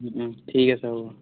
ঠিক আছে হ'ব